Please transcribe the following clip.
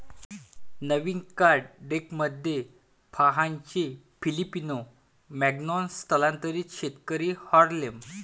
नवीन card डेकमध्ये फाहानचे Filipino मानॉन्ग स्थलांतरित शेतकरी हार्लेम